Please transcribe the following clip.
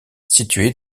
située